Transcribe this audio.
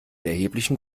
erheblichen